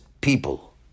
people